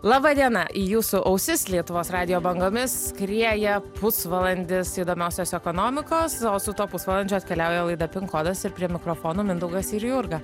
laba diena į jūsų ausis lietuvos radijo bangomis skrieja pusvalandis įdomiosios ekonomikos o su tuo pusvalandžiu atkeliauja laida pin kodas ir prie mikrofono mindaugas ir jurga